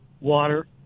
water